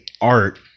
art